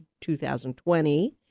2020